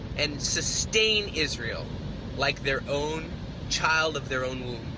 and sustain israel like their own child of their own womb.